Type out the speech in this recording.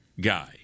guy